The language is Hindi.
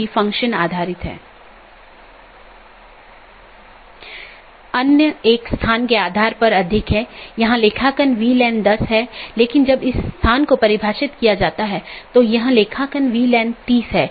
यदि इस संबंध को बनाने के दौरान AS में बड़ी संख्या में स्पीकर हैं और यदि यह गतिशील है तो इन कनेक्शनों को बनाना और तोड़ना एक बड़ी चुनौती है